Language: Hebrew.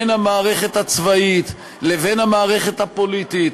בין המערכת הצבאית לבין המערכת הפוליטית,